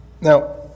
Now